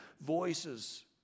voices